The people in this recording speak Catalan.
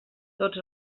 tots